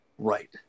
Right